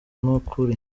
n’ukuri